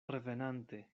revenante